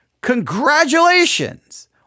congratulations